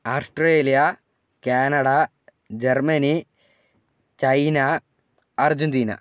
Australia Canada Germany China Argentina